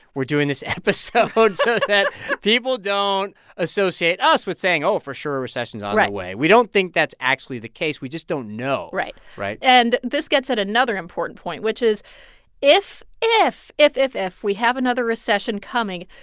we're doing this episode. so that people don't associate us with saying, oh, for sure, a recession's on the way right we don't think that's actually the case. we just don't know right right and this gets at another important point, which is if if, if, if, if we have another recession coming,